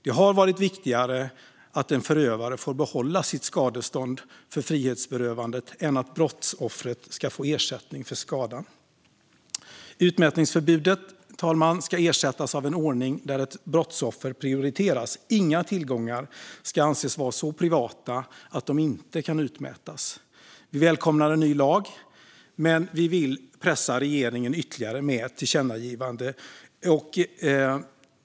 Det har varit viktigare att en förövare får behålla sitt skadestånd för frihetsberövandet än att brottsoffret ska få ersättning för skadan. Utmätningsförbudet, fru talman, ska ersättas av en ordning där ett brottsoffer prioriteras. Inga tillgångar ska anses vara så privata att de inte kan utmätas. Vi välkomnar en ny lag, men vi vill pressa regeringen ytterligare med ett tillkännagivande.